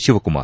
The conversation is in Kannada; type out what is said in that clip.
ಶಿವಕುಮಾರ್